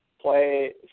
play